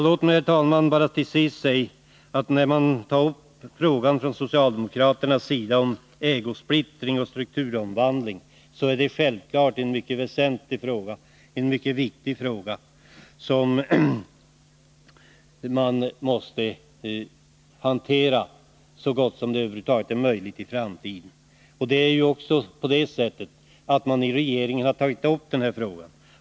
Låt mig till sist, herr talman, bara säga att när man från socialdemokraternas sida tar upp frågan om ägosplittring och strukturomvandling, är det självfallet en mycket viktig fråga som man måste hantera så gott som det över huvud taget är möjligt i framtiden. Man har ju också i regeringen tagit upp den här frågan.